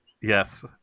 Yes